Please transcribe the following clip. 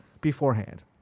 beforehand